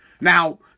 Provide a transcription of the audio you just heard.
Now